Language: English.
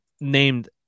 named